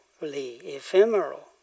ephemeral